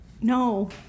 No